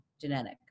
genetic